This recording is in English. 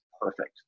Perfect